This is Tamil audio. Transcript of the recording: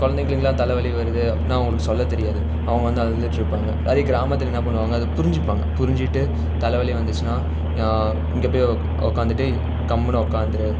குழந்தைகளுக்கெலாம் தலைவலி வருது அப்புடினா அவங்களுக்கு சொல்ல தெரியாது அவங்க வந்து அழுதுகிட்ருப்பாங்க அதே கிராமத்தில் என்ன பண்ணுவாங்க அதை புரிஞ்சுப்பாங்க புரிஞ்சுட்டு தலைவலி வந்துச்சுன்னா இங்கே போய் உக்காந்துட்டு கம்முன்னு உட்காந்துரு